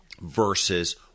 versus